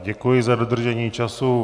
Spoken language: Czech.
Děkuji za dodržení času.